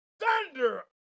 thunder